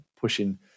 pushing